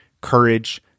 courage